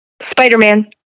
Spider-Man